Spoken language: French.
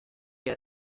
est